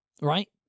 right